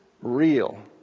real